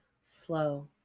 Slow